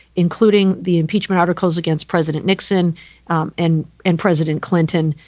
including the impeachment articles against president nixon um and and president clinton.